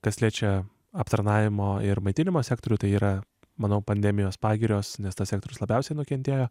kas liečia aptarnavimo ir maitinimo sektorių tai yra manau pandemijos pagirios nes tas sektorius labiausiai nukentėjo